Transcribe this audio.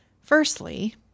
Firstly